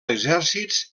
exèrcits